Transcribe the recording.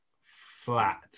flat